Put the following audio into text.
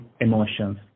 emotions